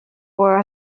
were